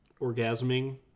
orgasming